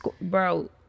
bro